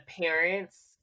parents